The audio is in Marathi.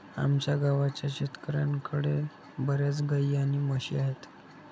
आमच्या गावाच्या शेतकऱ्यांकडे बर्याच गाई आणि म्हशी आहेत